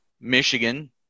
michigan